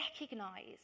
recognize